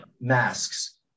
masks